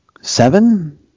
seven